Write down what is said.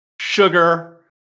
sugar